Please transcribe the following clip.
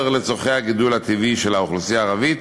לצורכי הגידול הטבעי של האוכלוסייה הערבית